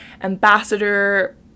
ambassador